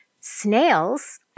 snails